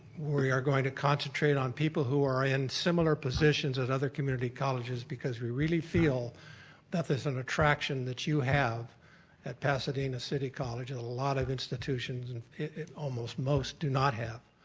we are going to concentrate on people who are in similar positions in other community colleges because we really feel that there's an attraction that you have at pasadena city college and a lot of institutions and it almost most do not have.